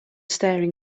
staring